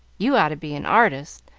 you ought to be an artist.